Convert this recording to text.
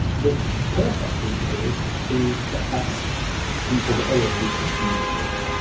the perfect thing to do is to ask people that are already customers of yours.